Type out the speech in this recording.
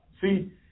See